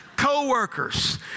co-workers